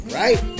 right